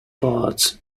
parts